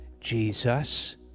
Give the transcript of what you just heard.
Jesus